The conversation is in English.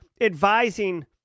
advising